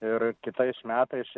ir kitais metais